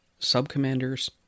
subcommanders